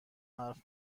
حرف